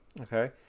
Okay